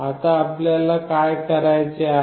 आता आपल्याला काय करायचे आहे